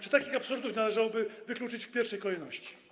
Czy takich absurdów nie należałoby wykluczyć w pierwszej kolejności?